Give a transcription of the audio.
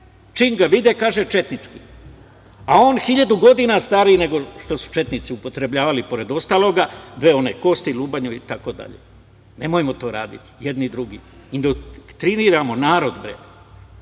čim ga vide, kaže – četnički, a on hiljadu godinu stariji nego što su četnici upotrebljavali, pored ostaloga, dve one kosti, lobanju itd. Nemojmo to raditi jedni drugima. Indoktriniramo narod.